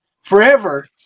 forever